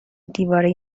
دیواره